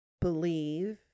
believe